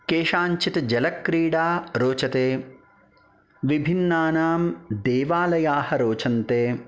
केषाञ्चित् जलक्रीडा रोचते विभिन्नानां देवालयाः रोचन्ते